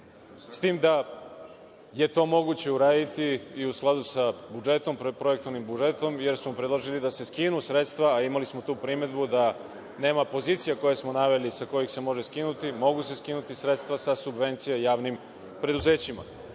s tim da je to moguće uraditi i u skladu sa projektovanim budžetom, jer smo predložili da se skinu sredstva, a imali smo tu primedbu da nema pozicije koju smo naveli sa kojih se može skinuti. Mogu se skinuti sredstva sa subvencija javnim preduzećima.